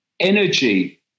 energy